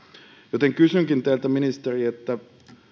kysynkin teiltä ministeri